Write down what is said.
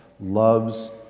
loves